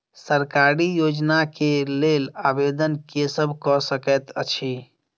सरकारी योजना केँ लेल आवेदन केँ सब कऽ सकैत अछि?